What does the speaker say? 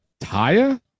Taya